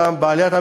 בעליית המחירים,